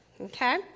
okay